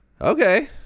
Okay